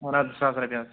اور اَتھ زٕ ساس رۄپیہِ حظ